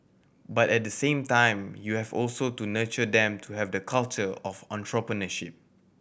but at the same time you have also to nurture them to have the culture of entrepreneurship